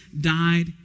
died